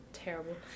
terrible